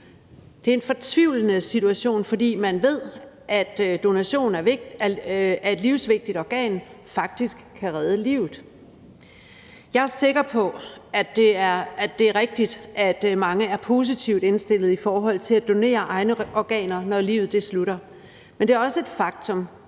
Det er en fortvivlende situation, fordi man ved, at donation af et livsvigtigt organ faktisk kan redde livet. Jeg er sikker på, at det er rigtigt, at mange er positivt indstillede over for at donere egne organer, når livet slutter, men det er også et faktum,